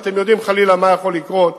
אתם יודעים מה יכול לקרות,